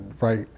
right